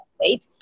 right